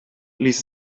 ließe